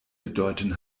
bedeuten